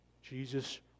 Jesus